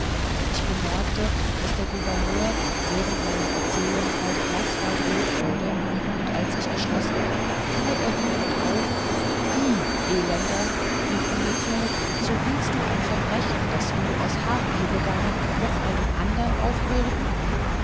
ich bemerkte daß der gouverneur während meiner erzählung bald blaß bald rot wurde und als ich geschlossen fuhr er wütend auf wie elender rief er mir zu so willst du ein verbrechen das du aus habgier begangen noch einem andern aufbürden